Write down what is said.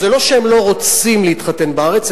זה לא שהם לא רוצים להתחתן בארץ,